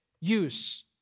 use